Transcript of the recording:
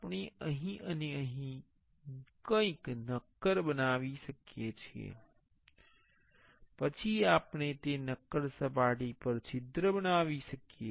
આપણે અહીં અને અહીં કંઈક નક્કર બનાવી શકીએ છીએ પછી આપણે તે નક્કર સપાટી પર છિદ્ર બનાવી શકીએ